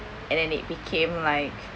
and then it became like